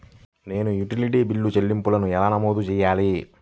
నేను utility bill చెల్లింపులను ఎలా నమోదు చేయాలి?